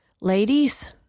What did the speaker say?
Ladies